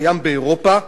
קיים באירופה.